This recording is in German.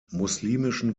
muslimischen